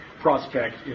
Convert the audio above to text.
prospect